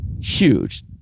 huge